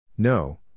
No